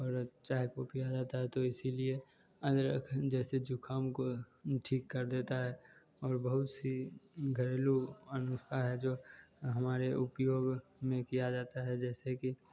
और अ चाय को पिया जाता है तो इसीलिए अदरक जैसे जुखाम को ठीक कर देता है और बहुत सी घरेलू नुस्खा है जो हमारे उपयोग में किया जाता है जैसे कि